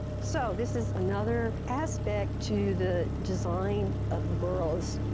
so this is another aspect to the design of the burrows.